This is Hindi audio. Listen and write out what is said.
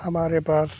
हमारे पास